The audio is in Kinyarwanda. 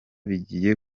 bigiye